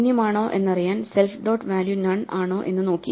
ശൂന്യമാണോ എന്നറിയാൻ self dot value none ആണോ എന്ന് നോക്കി